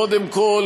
קודם כול,